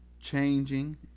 changing